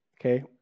Okay